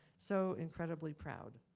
so incredibly proud.